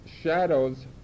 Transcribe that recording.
shadows